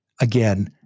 Again